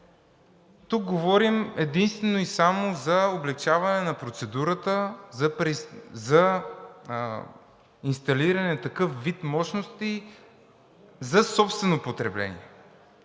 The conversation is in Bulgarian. Тук говорим единствено и само за облекчаване на процедурата за инсталиране на такъв вид мощности за собствено потребление.